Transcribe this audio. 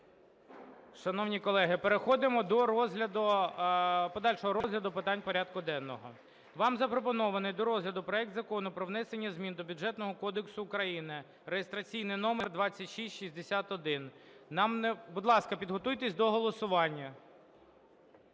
Шановні колеги, переходимо до розгляду, подальшого розгляду питань порядку денного. Вам запропонований до розгляду проект Закону про внесення змін до Бюджетного кодексу України (реєстраційний номер 2661). Будь ласка, підготуйтесь до голосування.